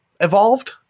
evolved